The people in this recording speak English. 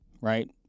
right